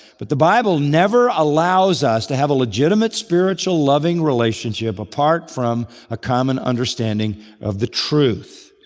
but the bible never allows us to have a legitimate spiritual loving relationship apart from a common understanding of the truth.